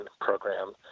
program